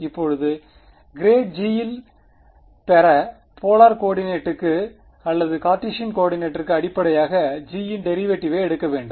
இப்போது ∇g யில் பெற போலார் கோஆர்டினேட்டுக்கு அல்லது கார்ட்டீசின் கோஆர்டினேட்டுக்கு அடிப்படையாக g யின் டெரிவேட்டிவை எடுக்க வேண்டும்